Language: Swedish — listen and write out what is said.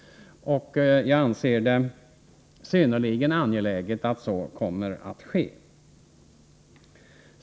Jag anser det vara synnerligen angeläget att så kommer att ske.